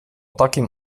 takim